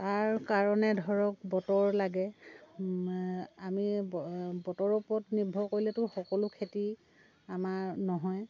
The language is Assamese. তাৰ কাৰণে ধৰক বতৰ লাগে আমি বতৰৰ ওপৰত নিৰ্ভৰ কৰিলেতো সকলো খেতি আমাৰ নহয়